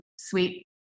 sweet